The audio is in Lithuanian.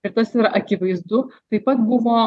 ir tas yra akivaizdu taip pat buvo